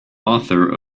author